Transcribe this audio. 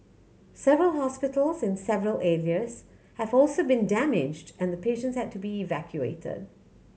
several hospitals in several areas have also been damaged and patients had to be evacuated